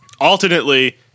Alternately